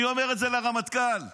אני אומר את זה לרמטכ"ל עכשיו,